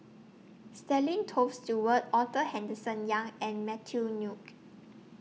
Stanley Toft Stewart Arthur Henderson Young and Matthew Ngui